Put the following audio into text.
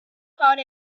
part